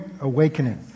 awakening